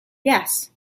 yes